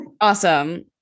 Awesome